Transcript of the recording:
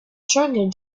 stronger